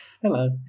Hello